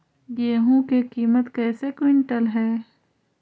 गेहू के किमत कैसे क्विंटल है?